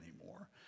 anymore